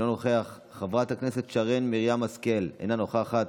אינו נוכח, חברת הכנסת שרן מרים השכל, אינה נוכחת,